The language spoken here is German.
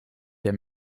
der